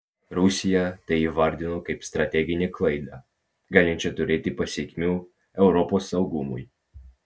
rusija tai įvardijo kaip strateginę klaidą galinčią turėti pasekmių europos saugumui